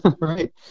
Right